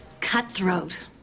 Cutthroat